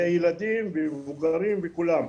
זה ילדים ומבוגרים וכולם,